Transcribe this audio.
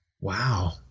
Wow